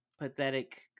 pathetic